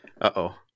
Uh-oh